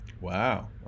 Wow